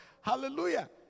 Hallelujah